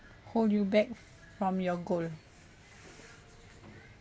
hold you back from your goal